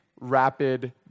rapid